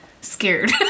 scared